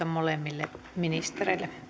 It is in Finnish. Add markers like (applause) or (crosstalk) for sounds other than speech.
(unintelligible) molemmille ministereille